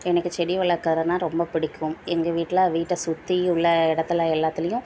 எனக்கு செடி வளர்க்குறனா ரொம்ப பிடிக்கும் எங்கள் வீட்டில் வீட்டை சுற்றி உள்ள இடத்துல எல்லாத்துலேயும்